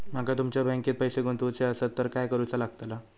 माका तुमच्या बँकेत पैसे गुंतवूचे आसत तर काय कारुचा लगतला?